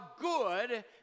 good